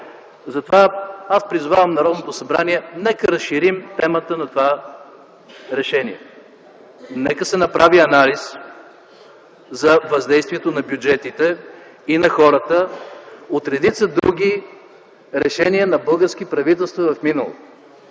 Затова аз призовавам Народното събрание нека разширим темата на това решение. Нека се направи анализ за въздействието на бюджетите и на хората от редица други решения на български правителства в миналото.